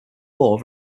war